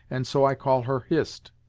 and so i call her hist.